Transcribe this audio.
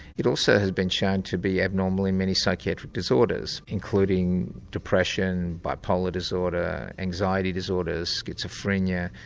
it also has been shown to be abnormal in many psychiatric disorders, including depression, bipolar disorder, anxiety disorders, schizophrenia,